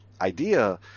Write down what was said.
idea